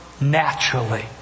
Naturally